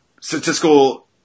statistical